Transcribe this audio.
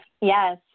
yes